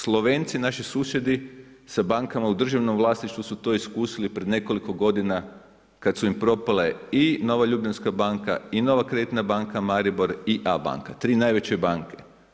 Slovenci, naši susjedi, sa bankama u državnom vlasništvu su to iskusili pred nekoliko godina kad su im propale i Novo ljubljanska banka i Nova Kreditna Banka Maribor i Abanka, 3 najveće banke.